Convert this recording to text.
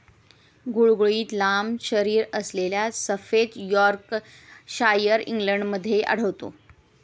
गुळगुळीत लांब शरीरअसलेला सफेद यॉर्कशायर इंग्लंडमध्ये आढळतो